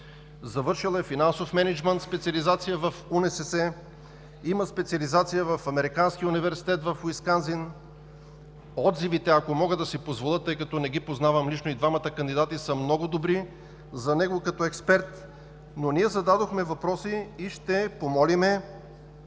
завършил е „финансов мениджмънт“, специализация в УНСС, има специализация в Американския университет в Уисконсин. Отзивите, ако мога да си позволя, тъй като не ги познавам лично и двамата кандидати, са много добри и за него, като експерт. Но ние зададохме въпроси и ще помолим